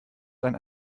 sein